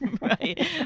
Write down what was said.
Right